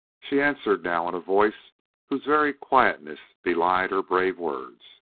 she answered now in a voice whose very quietness belied her brave words.